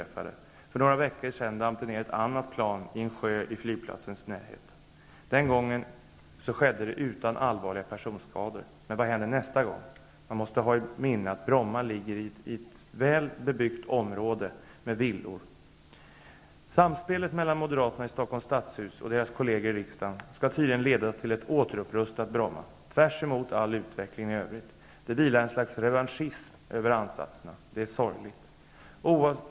För några veckor sedan damp det ner ett annat plan i en sjö i flygplatsens närhet. Den gången blev det inga allvarliga personskador, men vad händer nästa gång? Man måste ha i minnet att Bromma ligger i ett område som är väl bebyggt med villor. Samspelet med Moderaterna i Stockholms stadshus och deras kolleger i riksdagen skall tydligen leda till ett återupprustat Bromma, tvärs emot all utveckling i övrigt. Det vilar ett slags revanschism över ansatserna. Det är sorgligt.